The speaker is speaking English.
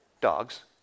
dogs